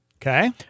Okay